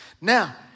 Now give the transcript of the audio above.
Now